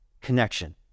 connection